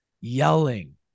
yelling